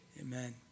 Amen